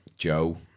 Joe